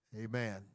Amen